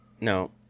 No